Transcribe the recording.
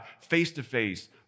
face-to-face